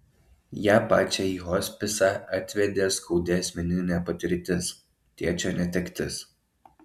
ją pačią į hospisą atvedė skaudi asmeninė patirtis tėčio netektis